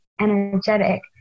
energetic